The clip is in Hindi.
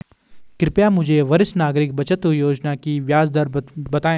कृपया मुझे वरिष्ठ नागरिक बचत योजना की ब्याज दर बताएँ